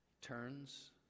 turns